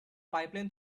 pipeline